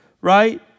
Right